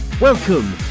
Welcome